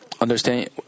understand